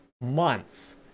months